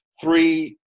three